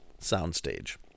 soundstage